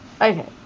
Okay